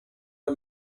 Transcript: are